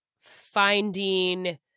finding